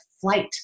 flight